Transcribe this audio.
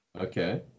Okay